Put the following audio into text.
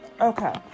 Okay